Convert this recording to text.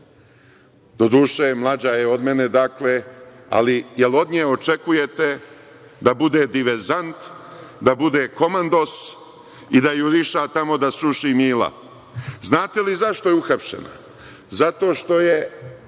Doduše, mlađa je od mene, dakle, ali jel od nje očekujete da bude diverzant, da bude komandos i da juriša tamo da sruši Mila? Znate li zašto je uhapšena? Zato što je